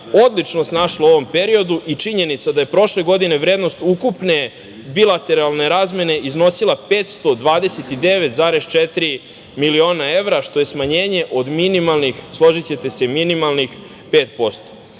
odlična snašla u ovom periodu i činjenica da je prošle godine vrednost ukupne bilateralne razmene iznosila 529,4 miliona evra, što je smanjenje od minimalnih 5%.S druge strane,